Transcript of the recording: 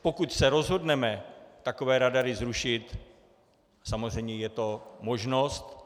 Pokud se rozhodneme takové radary zrušit, samozřejmě je to možnost.